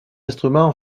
instruments